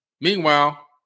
meanwhile